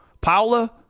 Paula